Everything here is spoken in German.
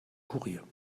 kurier